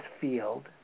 field